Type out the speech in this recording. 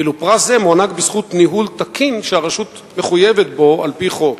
ואילו פרס זה מוענק בזכות ניהול תקין שהרשות מחויבת בו על-פי החוק.